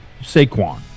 Saquon